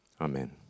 Amen